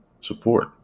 support